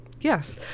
Yes